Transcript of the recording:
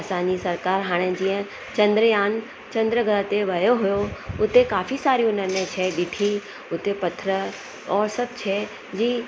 असांजी सरकारु हाणे जीअं चंद्रयान चंद्रग्रह ते वियो हुयो उते काफ़ी सारियूं उन्हनि में शइ दिखी उते पथर और सभु शइ जी